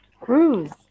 cruise